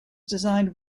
designed